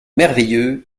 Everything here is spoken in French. merveilleux